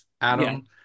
Adam